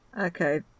Okay